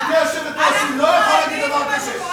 גברתי היושבת-ראש, הוא לא יכול להגיד דבר כזה.